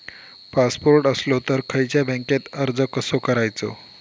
Passport असलो तर खयच्या बँकेत अर्ज कसो करायचो?